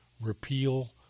repeal